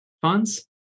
funds